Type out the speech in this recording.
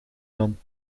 dan